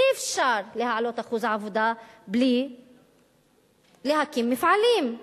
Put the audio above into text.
אי-אפשר להעלות את אחוז ההשתתפות בעבודה בלי להקים מפעלים,